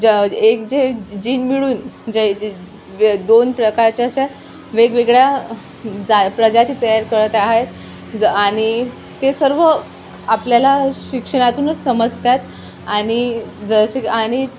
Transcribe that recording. ज एक जे जीन मिळून जे दोन प्रकारच्या अशा वेगवेगळ्या जा प्रजाती तयार करत आहेत ज आणि ते सर्व आपल्याला शिक्षणातूनच समजतात आणि जसे आणि